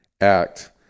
Act